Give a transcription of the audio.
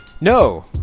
no